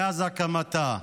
מאז הקמתה.